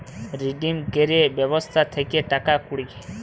redeem ক্যরের ব্যবস্থা থাক্যে টাকা কুড়ি